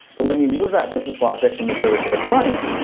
but when you move that business logic from the server to the client,